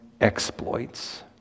exploits